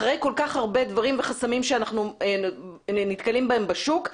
אחרי כל כך הרבה דברים וחסמים שאנחנו נתקלים בהם בשוק,